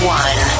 one